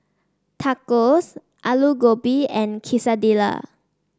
Tacos Alu Gobi and Quesadillas